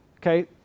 Okay